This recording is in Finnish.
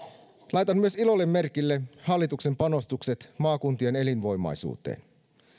laitan myös ilolla merkille hallituksen panostukset maakuntien elinvoimaisuuteen